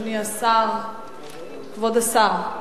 כבוד השר,